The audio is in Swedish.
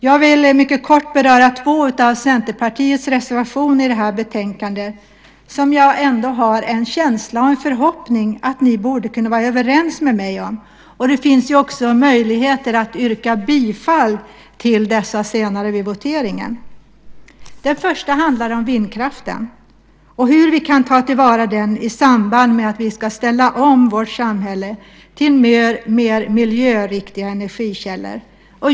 Jag vill mycket kort beröra två av Centerpartiets reservationer i betänkandet. Jag har en känsla och en förhoppning att ni borde kunna vara överens med mig om dem. Det finns också möjlighet att yrka bifall till dessa senare vid voteringen. Den första handlar om vindkraften och hur vi kan ta till vara den i samband med att vi ska ställa om vårt samhälle till mer miljöriktiga energikällor.